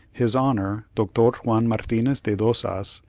his honor, doctor juan martinez de rozas,